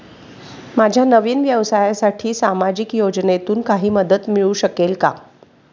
माझ्या नवीन व्यवसायासाठी सामाजिक योजनेतून काही मदत मिळू शकेल का?